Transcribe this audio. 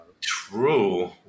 True